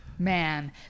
Man